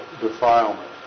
defilement